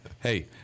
hey